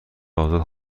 آزاد